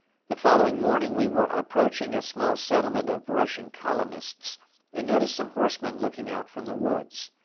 the following morning we were approaching a small settlement of russian colonists and noticed some horsemen looking out from the woods.